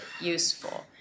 useful